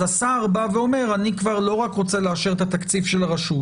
אז השר בא ואומר שהוא כבר לא רק רוצה לאשר את התקציב של הרשות.